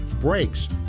Brakes